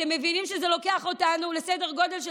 אתם מבינים שזה לוקח אותנו לסדר גודל של